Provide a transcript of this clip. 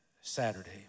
Saturday